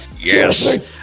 Yes